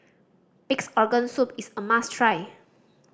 Pig's Organ Soup is a must try